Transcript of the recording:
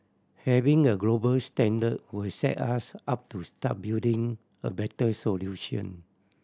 having a global standard will set us up to start building a better solution